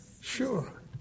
Sure